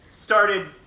Started